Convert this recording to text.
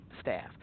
staff